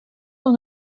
dans